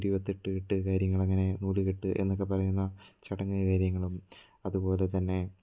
ഇരുപത്തെട്ടു കെട്ട് കാര്യങ്ങളങ്ങനെ നൂലുകെട്ട് എന്നൊക്കെ പറയുന്ന ചടങ്ങ് കാര്യങ്ങളും അതുപോലെ തന്നെ